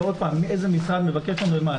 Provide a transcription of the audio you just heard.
-- ועוד פעם, איזה משרד מבקש ומה.